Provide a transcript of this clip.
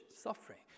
suffering